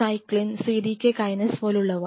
cyclin cdk kinase പോലുള്ളവ